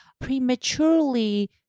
prematurely